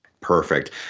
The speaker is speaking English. Perfect